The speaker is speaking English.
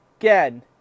again